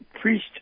priest